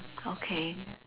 okay